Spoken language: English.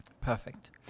Perfect